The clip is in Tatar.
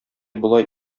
болай